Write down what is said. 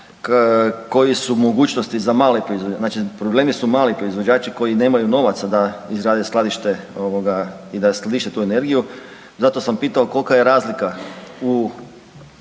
koje su mogućnosti za male proizvođače. Znači problemi su mali proizvođači koji nemaju novaca da izgrade skladište ovoga i skladište tu energiju zato sam pitao kolika je razlika u